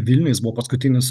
vilniuj jis buvo paskutinis